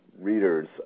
readers